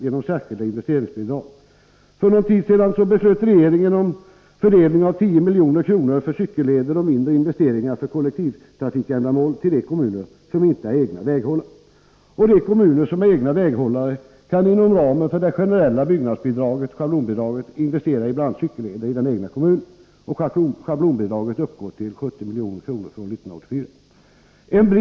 För en tid sedan beslöt regeringen om fördelning av 10 milj.kr. för cykelleder och mindre investeringar för kollektivtrafikändamål till de kommuner som inte är egna väghållare. De kommuner som är egna väghållare kan inom ramen för det generella byggnadsbidraget, schablonbidraget, investera i bl.a. cykelleder i den egna kommunen. Schablonbidraget uppgår till 70 milj.kr. för år 1984.